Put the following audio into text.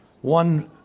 one